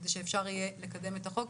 כדי שאפשר יהיה לקדם את החוק.